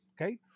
okay